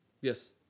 Yes